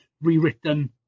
rewritten